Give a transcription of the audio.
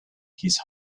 his